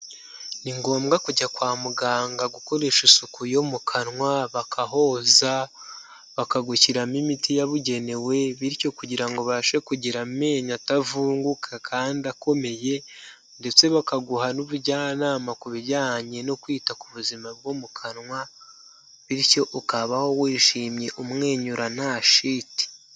Ningombwa kujya kwa muganga gukoresha isuku yo mu kanwa bakahoza bakagushyiramo imiti yabugenewe bityo kugira ngo ubashe kugira amenyo atavunguka kandi akomeye ndetse bakaguha n'ubujyanama ku bijyanye no kwita ku buzima bwo mu kanwa bityo ukabaho wishimye umwenyura nta shiti.